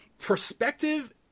perspective